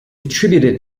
attributed